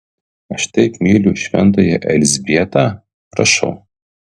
aš taip myliu šventąją elzbietą prašau